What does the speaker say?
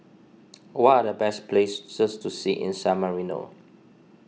what are the best places to see in San Marino